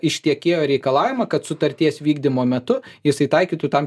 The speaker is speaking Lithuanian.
iš tiekėjo reikalaujama kad sutarties vykdymo metu jisai taikytų tam